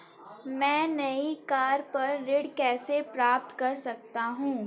मैं नई कार पर ऋण कैसे प्राप्त कर सकता हूँ?